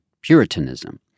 puritanism